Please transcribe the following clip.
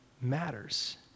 matters